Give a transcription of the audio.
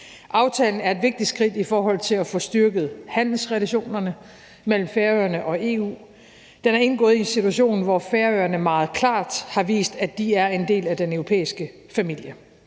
Aftalen er et vigtigt skridt i forhold til at få styrket handelsrelationerne mellem Færøerne og EU. Den er indgået i en situation, hvor Færøerne meget klart har vist, at de er en del af den europæiske familie.